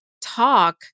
talk